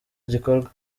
gikorwa